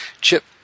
chip